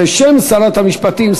בשם שרת המשפטים,